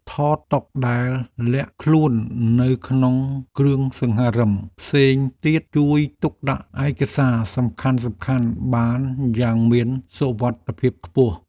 ថតតុដែលលាក់ខ្លួននៅក្នុងគ្រឿងសង្ហារិមផ្សេងទៀតជួយទុកដាក់ឯកសារសំខាន់ៗបានយ៉ាងមានសុវត្ថិភាពខ្ពស់។